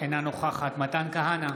אינה נוכחת מתן כהנא,